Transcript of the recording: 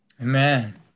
Amen